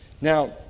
Now